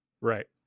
Right